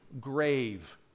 grave